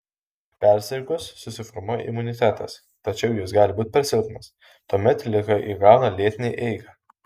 persirgus susiformuoja imunitetas tačiau jis gali būti per silpnas tuomet liga įgauna lėtinę eigą